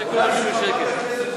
תראה, כולם יושבים בשקט.